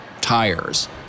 tires